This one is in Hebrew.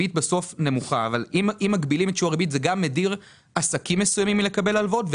ברגע שמגבילים את שיעור הריבית זה מדיר עסקים מסוימים מלקבל הלוואות.